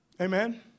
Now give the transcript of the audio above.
Amen